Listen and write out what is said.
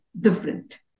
different